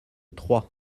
trois